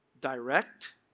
direct